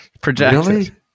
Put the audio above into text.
Projected